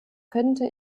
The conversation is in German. könnte